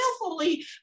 willfully